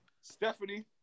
Stephanie